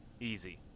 Easy